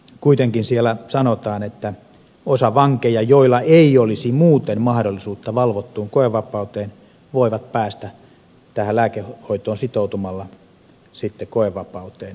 kuitenkin siellä sanotaan että osa vangeista joilla ei olisi muuten mahdollisuutta valvottuun koevapauteen voi päästä tähän lääkehoitoon sitoutumalla sitten koevapauteen